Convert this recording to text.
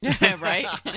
right